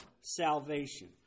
salvation